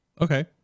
Okay